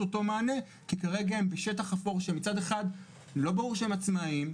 אותו מענה כי כרגע הם בשטח אפור שמצד אחד לא ברור שהם עצמאים,